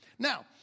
now